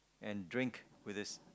and drink with his